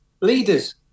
leaders